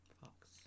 fox